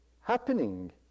happening